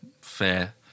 fair